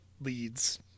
leads